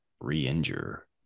re-injure